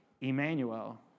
Emmanuel